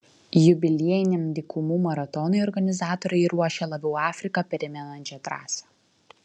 jubiliejiniam dykumų maratonui organizatoriai ruošia labiau afriką primenančią trasą